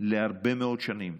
להרבה מאוד שנים.